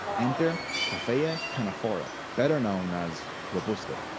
enter, coffea canephora, better known as robusta.